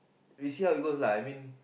we see how it goes lah I mean